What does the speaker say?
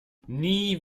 nie